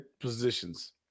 positions